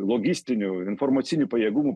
logistinių informacinių pajėgumų